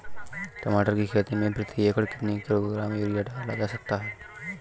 टमाटर की खेती में प्रति एकड़ कितनी किलो ग्राम यूरिया डाला जा सकता है?